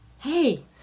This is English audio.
Hey